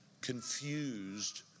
confused